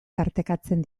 tartekatzen